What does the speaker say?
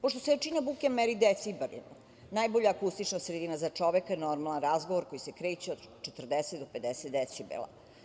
Pošto se jačina buke meri decibelima, najbolja akustična sredina za čoveka je normalan razgovor koji se kreće od 40 do 50 decibela.